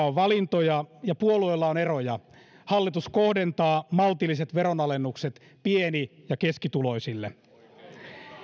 on valintoja ja puolueilla on eroja hallitus kohdentaa maltilliset veronalennukset pieni ja keskituloisille